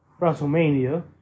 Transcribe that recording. WrestleMania